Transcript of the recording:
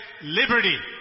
liberty